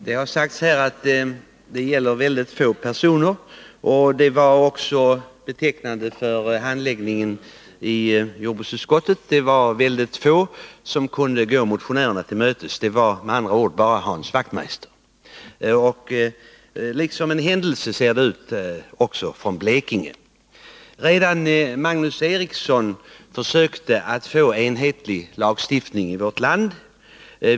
Herr talman! Det har här sagts att denna fråga berör mycket få personer, och detta var också betecknande för handläggningen i jordbruksutskottet. Nr 25 Det var ytterst få som ville gå motionärerna till mötes, det var bara Hans Torsdagen den Wachtmeister. Han är ju också — det ser ut som en händelse — från 12 november 1981 Blekinge. Redan Magnus Eriksson försökte få en enhetlig lagstiftning i vårt land.